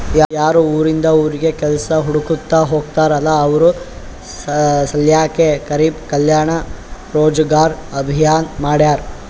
ಯಾರು ಉರಿಂದ್ ಉರಿಗ್ ಕೆಲ್ಸಾ ಹುಡ್ಕೋತಾ ಹೋಗ್ತಾರಲ್ಲ ಅವ್ರ ಸಲ್ಯಾಕೆ ಗರಿಬ್ ಕಲ್ಯಾಣ ರೋಜಗಾರ್ ಅಭಿಯಾನ್ ಮಾಡ್ಯಾರ್